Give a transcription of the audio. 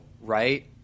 right